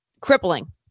crippling